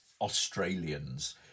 Australians